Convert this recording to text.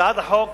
הצעת החוק